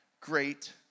great